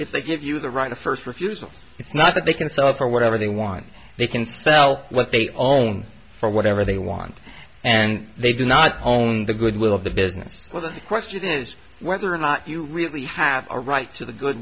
if they give you the right of first refusal it's not that they can sell for whatever they want they can sell what they own for whatever they want and they do not own the goodwill of the business whether the question is whether or not you really have a right to the good